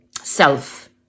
self